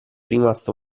rimasto